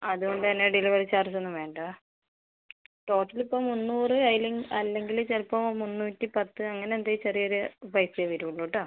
അതുകൊണ്ട് തന്നെ delivery charge ഒന്നും വേണ്ട ടോട്ടല് ഇപ്പോൾ മുന്നൂറ് അതിലും അല്ലെങ്കിൽ ചിലപ്പോൾ മുന്നൂറ്റിപത്ത് അങ്ങനെ എന്തെ ചെറിയോരു പൈസ വരുള്ളൂ ട്ടാ